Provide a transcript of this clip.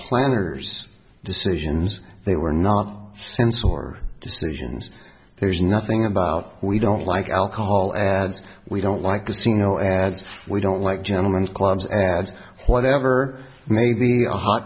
planners decisions they were not since or decisions there's nothing about we don't like alcohol and we don't like to see no ads we don't like gentlemen's clubs and whatever may be a h